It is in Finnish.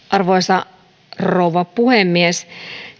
arvoisa rouva puhemies